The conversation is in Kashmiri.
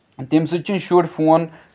تَمہِ سۭتۍ چھُنہٕ شر فون